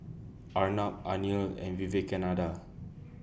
Arnab Anil and Vivekananda